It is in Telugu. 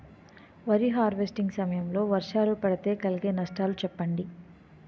వరి హార్వెస్టింగ్ సమయం లో వర్షాలు పడితే కలిగే నష్టాలు చెప్పండి?